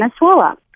Venezuela